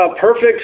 perfect